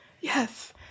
Yes